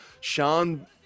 Sean